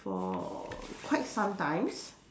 for quite some times